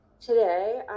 Today